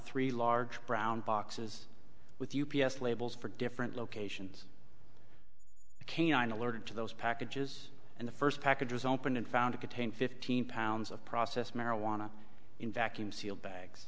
three large brown boxes with u p s labels for different locations canine alerted to those packages and the first package was opened and found it contained fifteen pounds of process marijuana in vacuum sealed bags